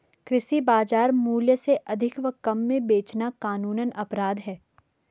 कृषि बाजार मूल्य से अधिक व कम में बेचना कानूनन अपराध है